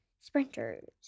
sprinters